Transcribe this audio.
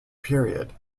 period